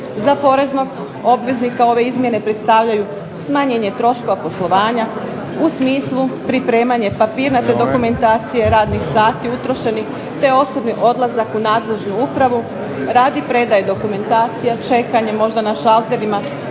Za poreznog obveznika ove izmjene predstavljaju smanjenje troškova poslovanja, u smislu pripremanje radne dokumentacije, sati utrošenih te osobni odlazak u nadležnu upravu, radi predaje dokumentacije, čekanje na šalterima,